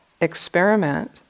experiment